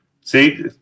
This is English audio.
see